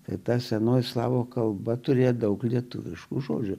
tai ta senoji slavų kalba turi daug lietuviškų žodžių